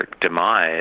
demise